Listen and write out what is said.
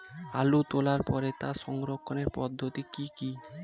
আলু তোলার পরে তার সংরক্ষণের পদ্ধতি কি কি?